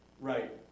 Right